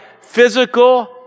physical